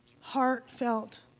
heartfelt